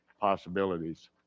possibilities